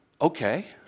Okay